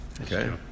Okay